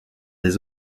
des